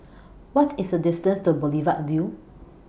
What IS The distance to Boulevard Vue